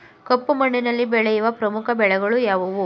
ಕಪ್ಪು ಮಣ್ಣಿನಲ್ಲಿ ಬೆಳೆಯುವ ಪ್ರಮುಖ ಬೆಳೆಗಳು ಯಾವುವು?